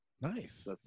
Nice